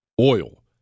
Oil